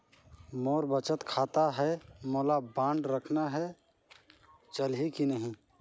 मोर बचत खाता है मोला बांड रखना है चलही की नहीं?